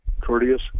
courteous